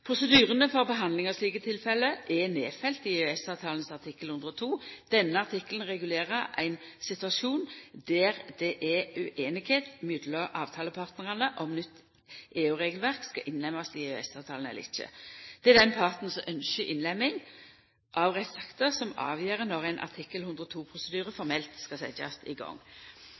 for behandling av slike tilfelle er nedfelte i EØS-avtalens artikkel 102. Denne artikkelen regulerer ein situasjon der det er ueinigheit mellom avtalepartnarane om nytt EU-regelverk skal innlemmast i EØS-avtalen eller ikkje. Det er den parten som ynskjer innlemming av rettsakta, som avgjer når ein artikkel 102-prosedyre formelt skal setjast i gang.